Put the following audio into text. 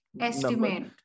estimate